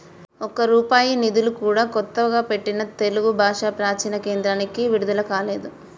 ఒక్క రూపాయి నిధులు కూడా కొత్తగా పెట్టిన తెలుగు భాషా ప్రాచీన కేంద్రానికి విడుదల కాలేదు